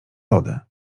wodę